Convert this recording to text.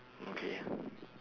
okay